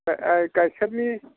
ओइ गाइखेरनि